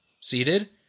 seated